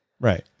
Right